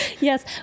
Yes